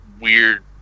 weird